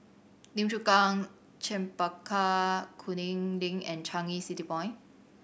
Lim Chu Kang Chempaka Kuning Link and Changi City Point